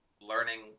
learning